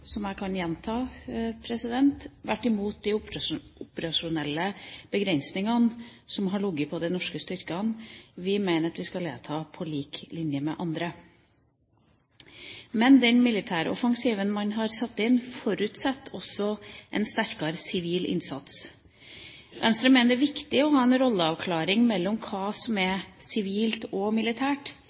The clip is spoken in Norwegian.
som jeg kan gjenta, vært imot de operasjonelle begrensingene som har ligget på de norske styrkene. Vi mener at vi skal delta på lik linje med andre. Men den militære offensiven vi har satt inn, forutsetter også en sterkere sivil innsats. Venstre mener det er viktig å ha en rolleavklaring mellom hva som er sivilt, og hva som er militært,